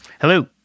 Hello